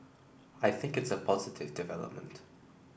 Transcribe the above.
I think it's a positive development